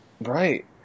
Right